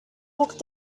walked